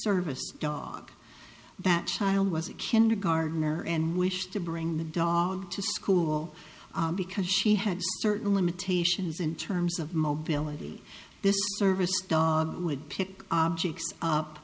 service dog that child was a kindergartner and wish to bring the dog to school because she had certain limitations in terms of mobility this service dog would pick objects up